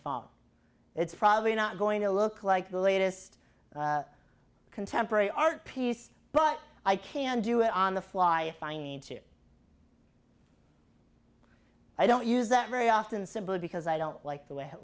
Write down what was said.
father it's probably not going to look like the latest contemporary art piece but i can do it on the fly if i need to i don't use that very often simply because i don't like the way